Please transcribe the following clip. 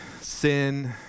sin